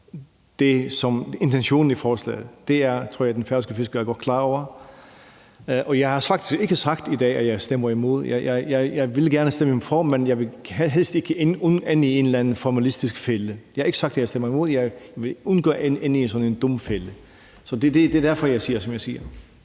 det, som er intentionen med forslaget. Det tror jeg godt den færøske fisker er klar over. Og jeg har ikke sagt i dag, at jeg stemmer imod. Jeg vil gerne stemme for, men jeg vil helst ikke ende i en eller anden formalistisk fælde. Jeg har ikke sagt, at jeg stemmer imod, men jeg vil undgå at ende i sådan en dum fælde. Det er derfor, jeg siger, som jeg siger.